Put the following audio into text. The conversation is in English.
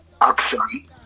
action